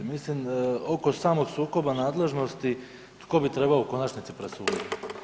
Mislim, oko samog sukoba nadležnosti, tko bi trebao u konačnici presuditi?